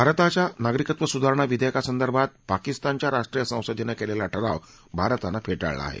भारताच्या नागरिकत्व सुधारणा विधेयकासंदर्भात पाकिस्तानच्या राष्ट्रीय संसदेनं केलेला ठराव भारतानं फेटाळला आहे